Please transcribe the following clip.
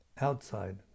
outside